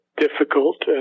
difficult